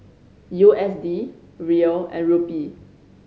U S D Riel and Rupee